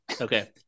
Okay